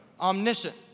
Omniscient